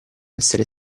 essere